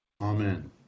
Amen